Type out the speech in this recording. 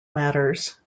matters